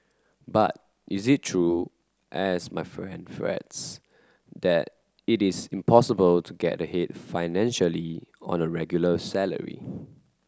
but is it true as my friend frets that it is impossible to get ahead financially on a regular salary